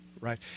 right